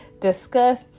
discuss